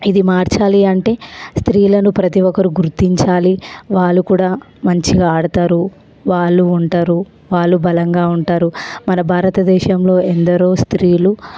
ఇది మార్చాలి అంటే స్త్రీలను ప్రతిఒక్కరూ గుర్తించాలి వాళ్ళు కూడా మంచిగా ఆడతారు వాళ్ళు ఉంటారు వాళ్ళు బలంగా ఉంటారు మన భారతదేశంలో ఎందరో స్త్రీలు